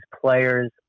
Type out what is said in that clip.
players